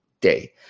day